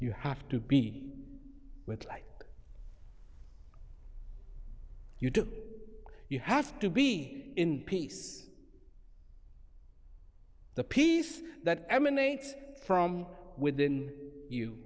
you have to be with like you do you have to be in peace the peace that emanates from within you